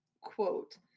quote